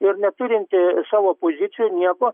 ir neturinti savo pozicijų nieko